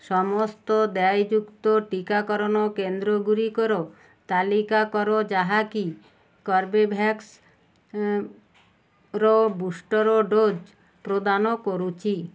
ସମସ୍ତ ଦେୟଯୁକ୍ତ ଟିକାକରଣ କେନ୍ଦ୍ରଗୁଡ଼ିକର ତାଲିକା କର ଯାହାକି କର୍ବେଭ୍ୟାକ୍ସ୍ ର ବୁଷ୍ଟର୍ ଡୋଜ୍ ପ୍ରଦାନ କରୁଛି